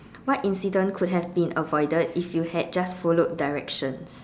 what incident could have been avoided if you had just followed directions